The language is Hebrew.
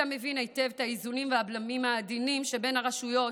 אתה מבין היטב את האיזונים והבלמים העדינים שבין הרשויות,